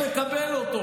אי-אפשר לקבל אותו.